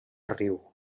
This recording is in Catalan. riu